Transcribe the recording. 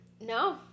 no